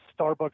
Starbucks